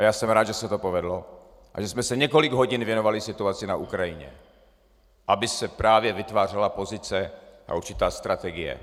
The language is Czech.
A já jsem rád, že se to povedlo a že jsme se několik hodin věnovali situaci na Ukrajině, aby se právě vytvářela pozice a určitá strategie.